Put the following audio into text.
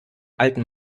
alten